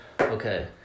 Okay